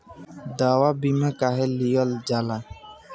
दवा बीमा काहे लियल जाला?